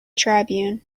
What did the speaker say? tribune